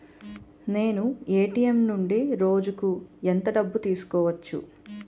నేను ఎ.టి.ఎం నుండి రోజుకు ఎంత డబ్బు తీసుకోవచ్చు?